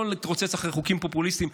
לא להתרוצץ אחרי חוקים פופוליסטיים.